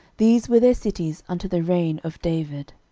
these were their cities unto the reign of david.